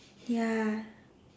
ya